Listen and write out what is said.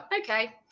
okay